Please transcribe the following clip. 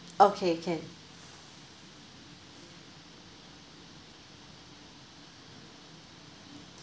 okay can